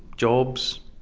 jobs.